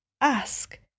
ask